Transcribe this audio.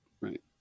Right